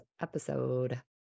episode